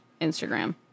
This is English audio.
Instagram